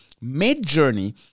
Mid-Journey